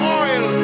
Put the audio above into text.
oil